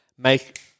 Make